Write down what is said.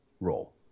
role